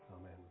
Amen